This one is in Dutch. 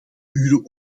uren